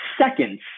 seconds